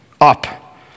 Up